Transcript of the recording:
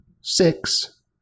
six